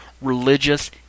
religious